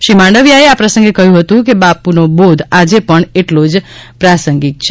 શ્રી માંડવીયાએ આ પ્રસંગે કહ્યું હતું કે બાપુનો બોધ આજે પણ એટલો જ પ્રાસંગિક છે